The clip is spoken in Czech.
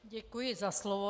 Děkuji za slovo.